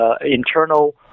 internal